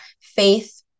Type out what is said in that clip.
faith